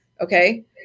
okay